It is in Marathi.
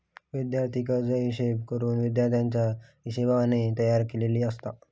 विद्यार्थी कर्जे विशेष करून विद्यार्थ्याच्या हिशोबाने तयार केलेली आसत